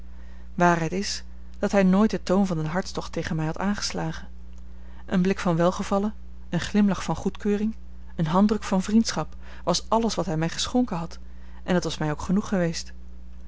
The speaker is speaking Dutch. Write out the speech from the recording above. waarheid is dat hij nooit den toon van den hartstocht tegen mij had aangeslagen een blik van welgevallen een glimlach van goedkeuring een handdruk van vriendschap was alles wat hij mij geschonken had en dat was mij ook genoeg geweest